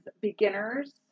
beginners